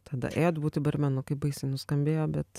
tada ėjot būti barmenu kaip baisiai nuskambėjo bet